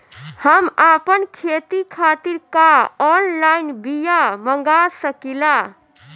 हम आपन खेती खातिर का ऑनलाइन बिया मँगा सकिला?